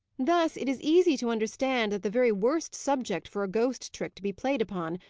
thus, it is easy to understand that the very worst subject for a ghost trick to be played upon,